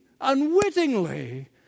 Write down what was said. unwittingly